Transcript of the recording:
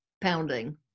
pounding